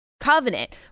covenant